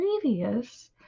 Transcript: previous